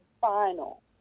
final